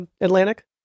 Atlantic